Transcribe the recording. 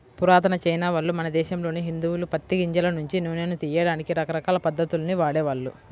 పురాతన చైనావాళ్ళు, మన దేశంలోని హిందువులు పత్తి గింజల నుంచి నూనెను తియ్యడానికి రకరకాల పద్ధతుల్ని వాడేవాళ్ళు